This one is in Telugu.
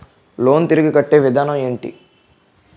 లోన్ తిరిగి కట్టే విధానం ఎంటి?